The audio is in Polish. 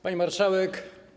Pani Marszałek!